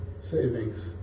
savings